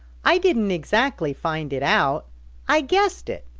i didn't exactly find it out i guessed it,